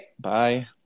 Bye